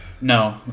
No